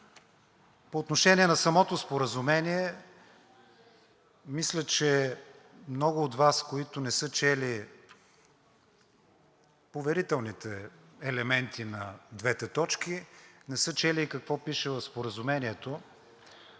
По отношение на самото споразумение. Мисля, че много от Вас, които не са чели поверителните елементи на двете точки, не са чели и какво пише в Споразумението.